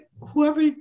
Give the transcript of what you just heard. Whoever